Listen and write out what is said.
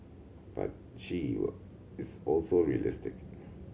but she your is also realistic